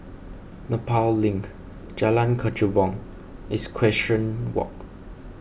Nepal Link Jalan Kechubong and Equestrian Walk